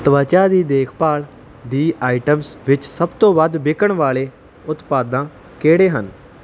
ਤਵਚਾ ਦੀ ਦੇਖ ਭਾਲ ਦੀ ਆਇਟਮਸ ਵਿੱਚ ਸਭ ਤੋਂ ਵੱਧ ਵਿਕਣ ਵਾਲੇ ਉਤਪਾਦਾਂ ਕਿਹੜੇ ਹਨ